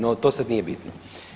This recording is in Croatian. No, to sad nije bitno.